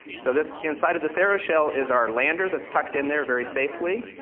so this, inside of this aeroshell is our lander that's tucked in there very safely,